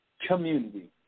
Community